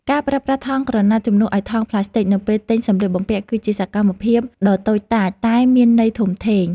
ការប្រើប្រាស់ថង់ក្រណាត់ជំនួសឱ្យថង់ប្លាស្ទិកនៅពេលទិញសម្លៀកបំពាក់ គឺជាសកម្មភាពដ៏តូចតាចតែមានន័យធំធេង។